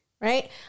right